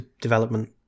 development